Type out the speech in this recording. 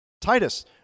Titus